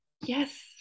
yes